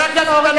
חבר הכנסת דנון.